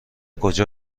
کجا